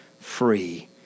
free